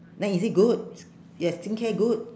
then is it good their skincare good